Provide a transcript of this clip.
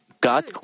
God